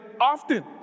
often